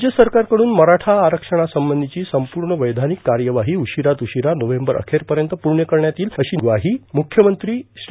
राज्य सरकारकडून मराठा आरक्षणासंबंधीची संपूर्ण वैयानिक कार्यवाडी उशिरात उशिरा नोवेंबर अखेरपर्यंत पूर्ण करण्यात येईल अशी निःसदिग्ध म्वाही मुख्यमंत्री श्री